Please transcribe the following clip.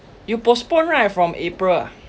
you postpone right from april ah